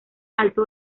alto